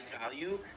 value